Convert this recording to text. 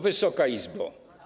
Wysoka Izbo!